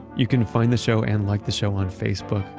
you can find the show and like the show on facebook.